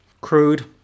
crude